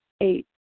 Eight